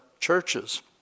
churches